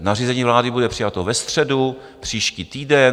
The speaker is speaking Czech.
Nařízení vlády bude přijato ve středu příští týden.